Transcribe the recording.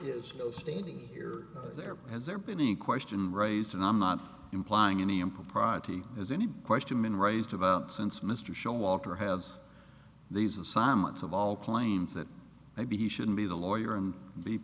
is there has there been any question raised and i'm not implying any impropriety has any question been raised about since mr show walker has these assignments of all claims that maybe he shouldn't be the lawyer and